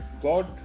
God